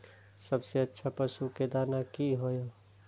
सबसे अच्छा पशु के दाना की हय?